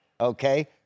okay